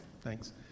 thanks